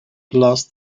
last